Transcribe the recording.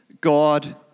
God